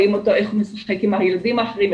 רואים אותו איך הוא משחק עם ילדים אחרים,